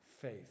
faith